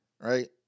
right